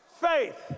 faith